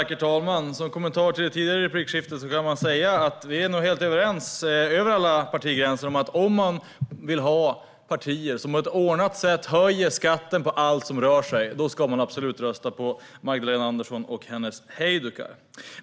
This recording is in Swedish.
Herr talman! Som kommentar till det tidigare replikskiftet kan man säga att vi nog är helt överens över alla partigränser om att ifall man vill ha partier som på ett ordnat sätt höjer skatten på allt som rör sig ska man absolut rösta på Magdalena Andersson och hennes hejdukar.